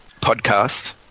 podcast